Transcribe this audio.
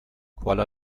kuala